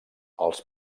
els